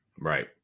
Right